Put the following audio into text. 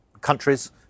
countries